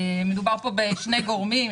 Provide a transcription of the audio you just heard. מדובר פה בשני גורמים,